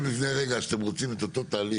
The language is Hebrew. כן, אבל בית משפט, אם אתם רוצים את אותו תהליך